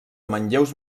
manlleus